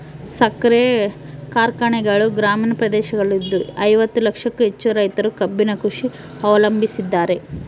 ಸಕ್ಕರೆ ಕಾರ್ಖಾನೆಗಳು ಗ್ರಾಮೀಣ ಪ್ರದೇಶದಲ್ಲಿದ್ದು ಐವತ್ತು ಲಕ್ಷಕ್ಕೂ ಹೆಚ್ಚು ರೈತರು ಕಬ್ಬಿನ ಕೃಷಿ ಅವಲಂಬಿಸಿದ್ದಾರೆ